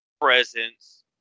presence